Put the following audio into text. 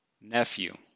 nephew